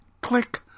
Click